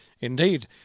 Indeed